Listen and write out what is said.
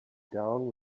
down